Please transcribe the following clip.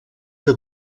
que